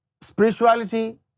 Spirituality